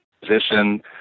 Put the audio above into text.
position